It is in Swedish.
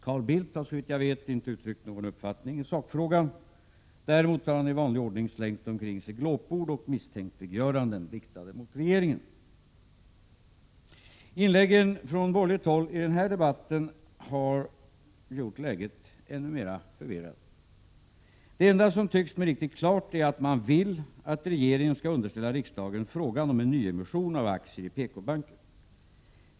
Carl Bildt har, såvitt jag vet, inte uttryckt någon uppfattning i sakfrågan. Däremot har han i vanlig ordning slängt omkring sig glåpord och misstänkliggöranden riktade mot regeringen. Inläggen från borgerligt håll i denna debatt har gjort läget ännu mera förvirrat. Det enda som tycks mig vara riktigt klart är att man vill att regeringen skall underställa riksdagen frågan om en nyemission av aktier i PKbanken.